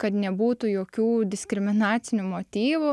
kad nebūtų jokių diskriminacinių motyvų